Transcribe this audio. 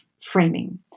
framing